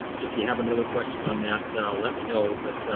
if you have another question on that let me know but